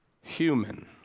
human